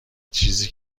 چیزی